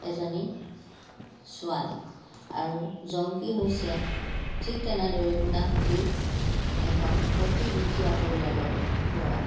এজনী ছোৱালী আৰু জংকী হৈছে ঠিক তেনেদৰে ঘোণাসুঁতিৰ এজন অতি দুখীয়া পৰিয়ালৰ ল'ৰা